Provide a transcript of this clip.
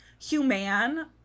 human